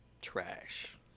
trash